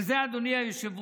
שזה, אדוני היושב-ראש,